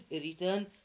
return